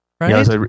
right